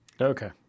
okay